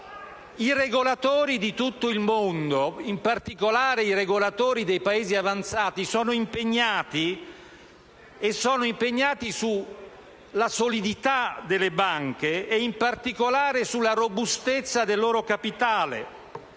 I regolatori di tutto il mondo, in particolare quelli dei Paesi avanzati, sono impegnati sulla solidità delle banche ed in particolare sulla robustezza del loro capitale.